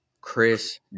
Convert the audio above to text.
Chris